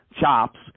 chops